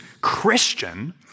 Christian